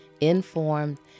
informed